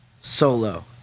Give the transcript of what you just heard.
Solo